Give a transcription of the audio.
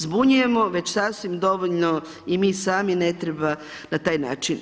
Zbunjujemo već sasvim dovoljno i mi sami ne treba na taj način.